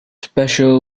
special